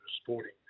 sporting